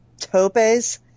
topes